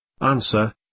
Answer